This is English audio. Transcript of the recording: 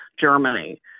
Germany